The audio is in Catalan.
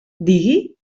digui